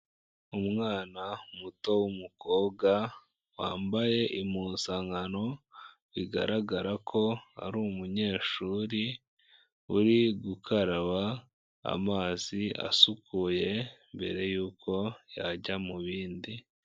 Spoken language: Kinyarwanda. Umwana muto w'umukobwa wambaye impuzankano bigaragara ko ari umunyeshuri, uri gukaraba amazi asukuye mbere yuko yajya mu bindi.